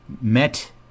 Met